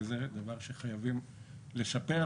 וזה דבר שחייבים לשפר,